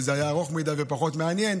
כי זה היה ארוך מדי ופחות מעניין,